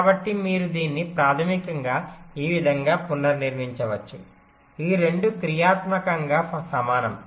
కాబట్టి మీరు దీన్ని ప్రాథమికంగా ఈ విధంగా పునర్నిర్మించవచ్చు ఈ 2 క్రియాత్మకంగా సమానం